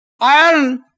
Iron